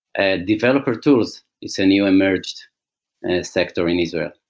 ah developer tools is a new emerged sector in israel.